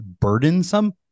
burdensome